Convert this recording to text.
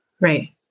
Right